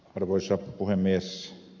arvoisa puhemies